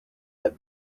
that